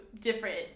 different